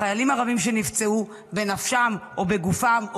החיילים הרבים שנפצעו בנפשם או בגופם,